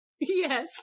Yes